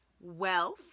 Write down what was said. wealth